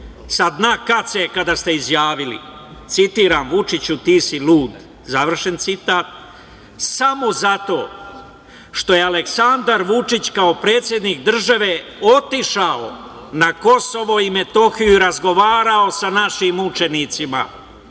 sa dna kace kada ste izjavili, citiram – Vučiću ti si lud, završen citat. Samo zato što je Aleksandar Vučić kao predsednik države otišao na Kosovo i Metohiju i razgovarao sa našim mučenicima,